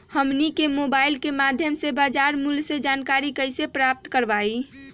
हमनी के मोबाइल के माध्यम से बाजार मूल्य के जानकारी कैसे प्राप्त करवाई?